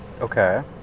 Okay